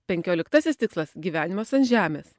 penkioliktasis tikslas gyvenimas ant žemės